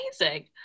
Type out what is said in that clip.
Amazing